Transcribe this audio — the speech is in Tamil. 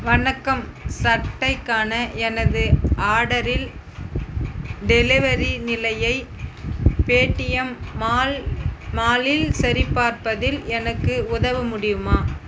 வணக்கம் சட்டைக்கான எனது ஆர்டரில் டெலிவரி நிலையை பேடிஎம் மால் மாலில் சரிபார்ப்பதில் எனக்கு உதவ முடியுமா